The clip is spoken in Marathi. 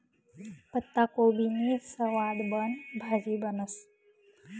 पत्ताकोबीनी सवादबन भाजी बनस